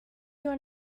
your